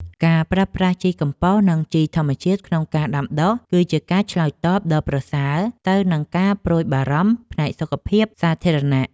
ការប្រើប្រាស់ជីកំប៉ុស្តនិងជីធម្មជាតិក្នុងការដាំដុះ គឺជាការឆ្លើយតបដ៏ប្រសើរទៅនឹងការព្រួយបារម្ភផ្នែកសុខភាពសាធារណៈ។